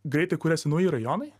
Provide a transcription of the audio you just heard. greitai kuriasi nauji rajonai